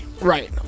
Right